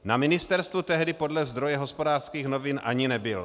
Na ministerstvu tehdy podle zdroje Hospodářských novin ani nebyl.